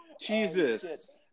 Jesus